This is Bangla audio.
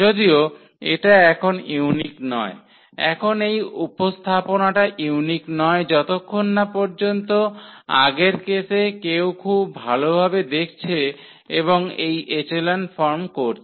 যদিও এটা এখন ইউনিক নয় এখন এই উপস্থাপনাটা ইউনিক নয় যতক্ষণ না পর্যন্ত আগের কেসে কেউ খুব ভালভাবে দেখছে এবং এই এচেলন ফর্ম করছে